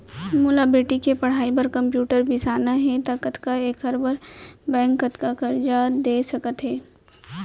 मोला बेटी के पढ़ई बार कम्प्यूटर बिसाना हे त का एखर बर बैंक कतका करजा दे सकत हे?